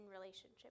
relationship